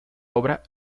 obra